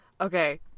Okay